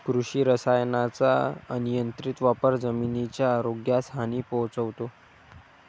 कृषी रसायनांचा अनियंत्रित वापर जमिनीच्या आरोग्यास हानी पोहोचवतो